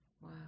Wow